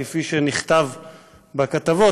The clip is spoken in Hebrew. כפי שנכתב בכתבות,